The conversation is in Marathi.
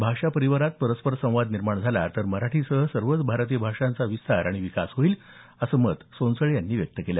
भाषा परिवारात परस्पर संवाद निर्माण झाला तर मराठीसह सर्वच भारतीय भाषांचा विस्तार आणि विकास होईल असे मत सोनसळे यांनी व्यक्त केलं